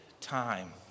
time